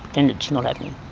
and it's not happening.